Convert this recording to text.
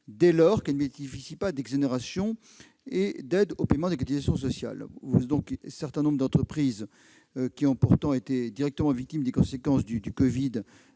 dès lors qu'elles ne bénéficient pas des dispositifs d'exonération et d'aide au paiement des cotisations salariales. Un certain nombre d'entreprises, qui ont pourtant été directement victimes des conséquences du covid,